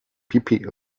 pipi